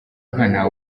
nkana